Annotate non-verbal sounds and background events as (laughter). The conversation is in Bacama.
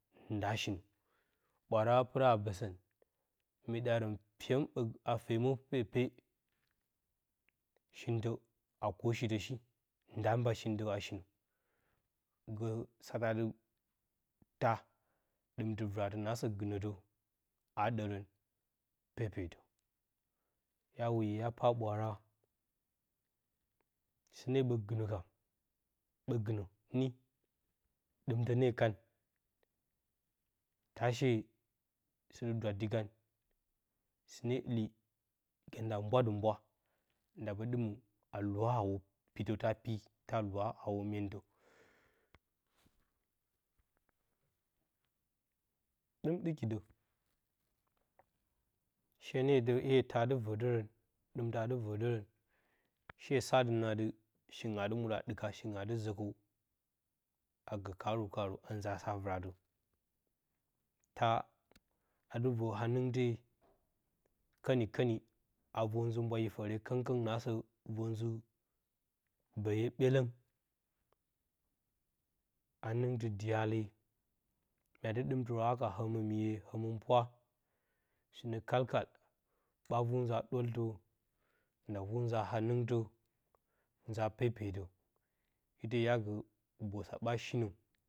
Nda a shinə ɓwanra adɨ pirə a toson, mee ɗarən fyem bag fyemə pepe, shintə a kwo shitə shi, nda mba shintə a shinə sə satə atitaa, ɗɨmtɨ vɨratə naasə gɨnə tə a ɗarən pepetə ya woyo hya pa ɓwara sɨne ɓə gɨnə (unintelligible) ɓə gɨnə nii ɗɨmtə nee kan ta shee sɨtɨ-dwatt kan, sɨne ɨli gə nda mbwa dɨ mbwa nda ɓə dɨmə a lɨwa hawa pitə ta pii ta lɨwa hawo myentə ɗton ɗɨki də shee nee də iye taa adi vərdər əni shi sadə nə anə satə adɨ shingɨn adi muɗə aɗɨka, shingɨn adɨ zə kəw agə kaaru-kaaru a nzaa sa a vɨrantə, baa adi və ha-nɨngte kəni-kəni, a vor zɨ mbwayi fəre kəng-kəng naasə fəre ɓyelong vər zɨ bəye ɓyeləng ha-ningtɨ dyale, mya dɨ ɗɨmtɨrə a haka həmɨmiye həmɨnpwa sɨnə kal-kal ɓa vu nza ɗwoltə nda vu nza ha-nɨngtə, nza pepetə, ite hya gə, hubosa ɓa shinə.